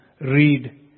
read